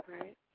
Right